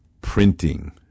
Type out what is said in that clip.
printing